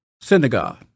synagogue